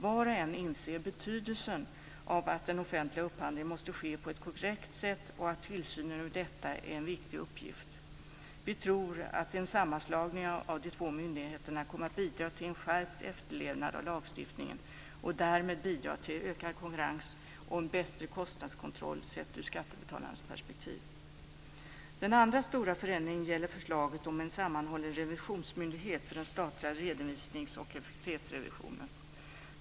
Var och en inser betydelsen av att den offentliga upphandlingen måste ske på ett korrekt sätt och att tillsynen över denna är en viktig uppgift. Vi tror att en sammanslagning av de två myndigheterna kommer att bidra till en skärpt efterlevnad av lagstiftningen och därmed bidra till ökad konkurrens och bättre kostnadskontroll, sett ur skattebetalarnas perspektiv. Den andra stora förändringen gäller förslaget om en sammanhållen revisionsmyndighet för den statliga redovisnings och effektivitetsrevisionen.